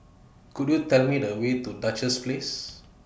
Could YOU Tell Me The Way to Duchess Place